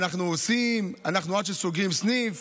אנחנו עושים, ועד שסוגרים סניף.